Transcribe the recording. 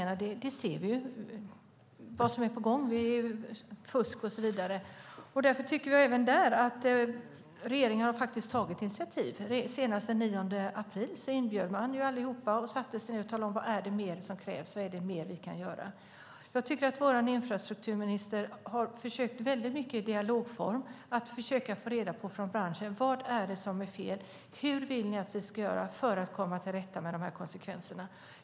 Vi ser vad som är på gång, med fusk och så vidare. Men även där har regeringen tagit initiativ. Senast den 9 april bjöd man in allihop och satte sig ned och talade: Vad är det mer som krävs? Vad är det mer vi kan göra? Jag tycker att vår infrastrukturminister har försökt väldigt mycket i dialogform att få reda på från branschen vad det är som är fel och hur de vill att vi ska göra för att komma till rätta med konsekvenserna.